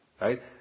Right